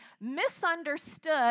misunderstood